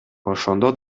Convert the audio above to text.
ошондо